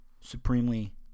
supremely